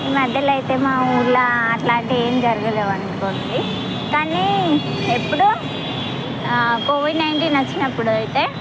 ఈ మధ్యన అయితే మా ఊర్లో అట్లాంటివి ఏం జరగలేవనుకోండి కానీ ఎప్పుడు కోవిడ్ నైన్టీన్ వచ్చినప్పుడు అయితే